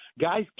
guys